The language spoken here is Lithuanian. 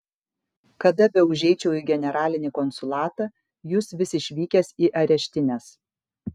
kada beužeičiau į generalinį konsulatą jūs vis išvykęs į areštines